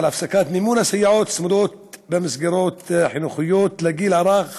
בנוגע להפסקת מימון הסייעות הצמודות במסגרות החינוכיות לגיל הרך